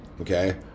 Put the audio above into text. okay